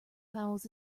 fouls